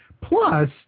Plus